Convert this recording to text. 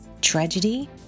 Tragedy